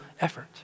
effort